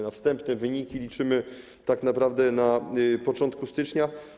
Na wstępne wyniki liczymy tak naprawdę na początku stycznia.